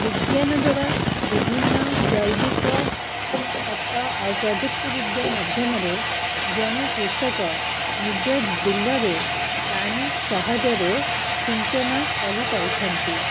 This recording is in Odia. ବିଜ୍ଞାନ ଦ୍ଵାରା ବିଭିନ୍ନଜୈବିକ ଖତ ଆଉ ପ୍ରଯୁକ୍ତିବିଦ୍ୟା ମାଧ୍ୟମରେ ଜଣେ କୃଷକ ନିଜ ବିଲରେ ପାଣି ସହଜରେ ସିଞ୍ଚନ କରିପାରୁଛନ୍ତି